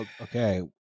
Okay